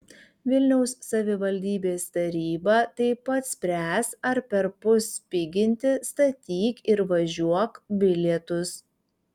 vilniaus savivaldybės taryba taip pat spręs ar perpus piginti statyk ir važiuok bilietus